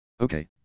Okay